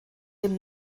dem